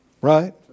Right